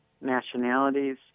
nationalities